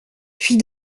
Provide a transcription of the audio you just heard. puis